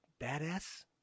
Badass